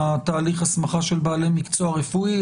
תהליך ההסמכה של בעלי מקצוע רפואי.